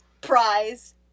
prize